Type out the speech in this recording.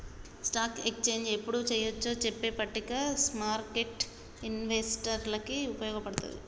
stock exchange యెప్పుడు చెయ్యొచ్చో చెప్పే పట్టిక స్మార్కెట్టు ఇన్వెస్టర్లకి వుపయోగపడతది